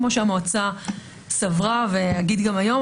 כמו שהמועצה סברה ואגיד גם היום,